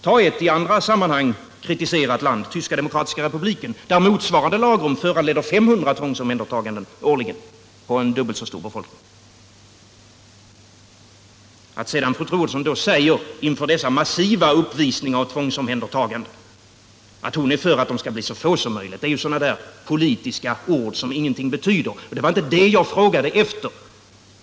Ta ett i andra sammanhang kritiserat land, Tyska demokratiska republiken, där motsvarande lagrum föranleder 500 tvångsomhändertaganden årligen — Nr 22 på en dubbelt så stor befolkning! Tisdagen den Inför denna massiva uppvisning av tvångsomhändertaganden säger fru 8 november 1977 Troedsson att hon är för att tvångsomhändertagandena skall bli så få som möjligt! Det är ett sådant där politiskt uttalande som ingenting be Om den psykiatristyder. Det var inte det jag frågade efter.